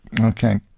Okay